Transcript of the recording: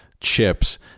chips